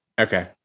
Okay